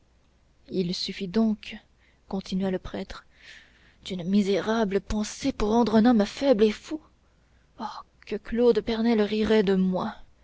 il suffit donc continua le prêtre d'une seule misérable pensée pour rendre un homme faible et fou oh que claude pernelle rirait de moi